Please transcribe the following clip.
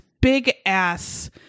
big-ass